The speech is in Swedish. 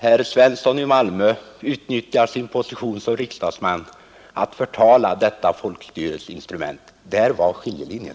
Herr Svensson i Malmö utnyttjar sin position som riksdagsman till att förtala detta folkstyrets instrument. Där går skiljelinjen.